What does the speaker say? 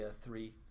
three